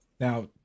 Now